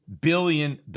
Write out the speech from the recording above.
billion